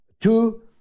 two